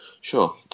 Sure